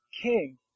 king